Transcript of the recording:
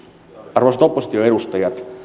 arvoisat opposition edustajat